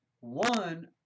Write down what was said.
one